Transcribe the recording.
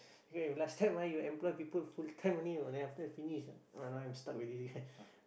if last time ah you employ people full time only you know then after finish ah now I'm stuck with